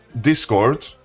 discord